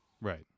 Right